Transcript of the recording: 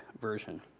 Version